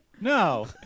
No